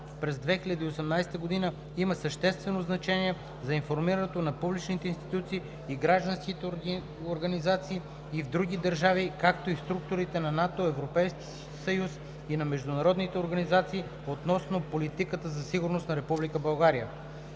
през 2018 г. има съществено значение за информирането на публичните институции и гражданските организации и в други държави, както и на структурите на НАТО, Европейския съюз и на международните организации относно политиката за сигурност на